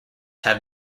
have